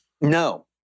No